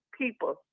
people